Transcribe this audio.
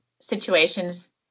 situations